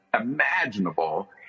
imaginable